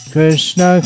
Krishna